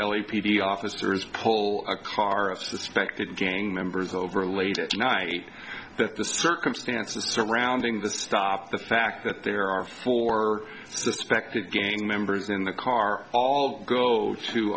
d officers pull a car of suspected gang members over late at night that the circumstances surrounding the stop the fact that there are four suspected gang members in the car all go to